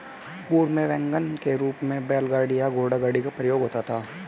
पूर्व में वैगन के रूप में बैलगाड़ी या घोड़ागाड़ी का प्रयोग होता था